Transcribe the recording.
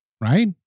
right